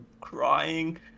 crying